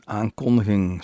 aankondiging